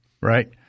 right